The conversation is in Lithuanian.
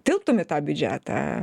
tilptum į tą biudžetą